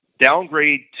downgrade